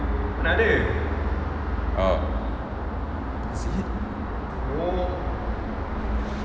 oh is it